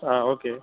okay